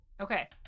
Okay